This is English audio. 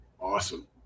awesome